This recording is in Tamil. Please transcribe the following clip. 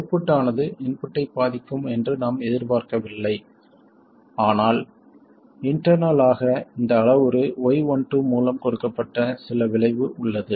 அவுட்புட் ஆனது இன்புட்டைப் பாதிக்கும் என்று நாம் எதிர்பார்க்கவில்லை ஆனால் இன்டெர்னல் ஆக இந்த அளவுரு y12 மூலம் கொடுக்கப்பட்ட சில விளைவு உள்ளது